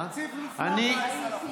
התקציב לפני 14 בחודש.